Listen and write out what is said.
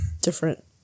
different